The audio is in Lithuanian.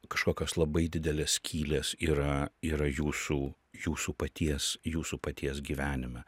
kažkokios labai didelės skylės yra yra jūsų jūsų paties jūsų paties gyvenime